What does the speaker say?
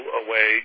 away